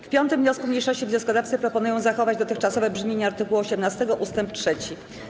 W 5. wniosku mniejszości wnioskodawcy proponują zachować dotychczasowe brzmienie art. 18 ust. 3.